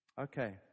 Okay